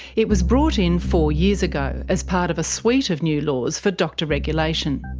it was brought in four years ago, as part of a suite of new laws for doctor regulation.